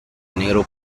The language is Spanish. negro